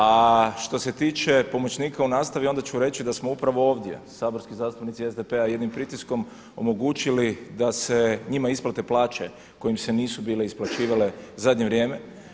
A što se tiče pomoćnika u nastavi onda ću reći da smo upravo ovdje saborski zastupnici SDP-a jednim pritiskom omogućili da se njima isplate plaće koje im se nisu bile isplaćivale zadnje vrijeme.